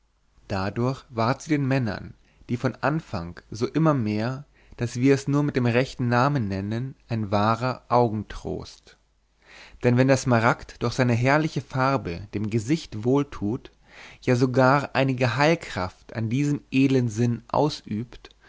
dadurch ward sie den männern wie von anfang so immer mehr daß wir es nur mit dem rechten namen nennen ein wahrer augentrost denn wenn der smaragd durch seine herrliche farbe dem gesicht wohltut ja sogar einige heilkraft an diesem edlen sinn ausübt